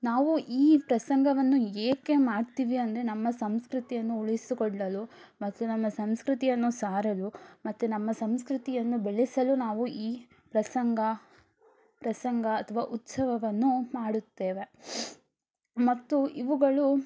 ನಾವು ಈ ಪ್ರಸಂಗವನ್ನು ಏಕೆ ಮಾಡ್ತೀವಿ ಅಂದರೆ ನಮ್ಮ ಸಂಸ್ಕೃತಿಯನ್ನು ಉಳಿಸಿಕೊಳ್ಳಲು ಮತ್ತು ನಮ್ಮ ಸಂಸ್ಕೃತಿಯನ್ನು ಸಾರಲು ಮತ್ತು ನಮ್ಮ ಸಂಸ್ಕೃತಿಯನ್ನು ಬೆಳೆಸಲು ನಾವು ಈ ಪ್ರಸಂಗ ಪ್ರಸಂಗ ಅಥವಾ ಉತ್ಸವವನ್ನು ಮಾಡುತ್ತೇವೆ ಮತ್ತು ಇವುಗಳು